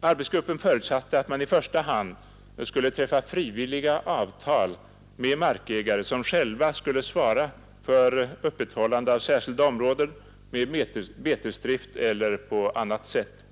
Arbetsgruppen förutsatte att man i första hand skulle träffa frivilliga avtal med markägare som själva fick svara för öppethållande av särskilda områden med betesdrift eller på annat sätt.